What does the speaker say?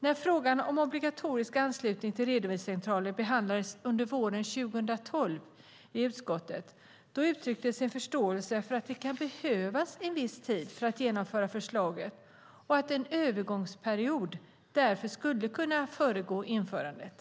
När frågan om obligatorisk anslutning till redovisningscentraler behandlades i utskottet våren 2012 uttrycktes förståelse för att det kan behövas en viss tid för att genomföra förslaget och att en övergångsperiod således skulle kunna föregå införandet.